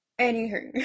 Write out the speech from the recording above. Anywho